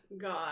God